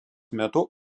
metu